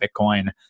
Bitcoin